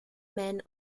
man